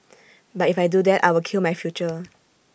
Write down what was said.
but if I do that I will kill my future